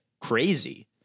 crazy